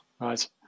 Right